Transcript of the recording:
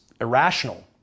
irrational